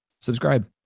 subscribe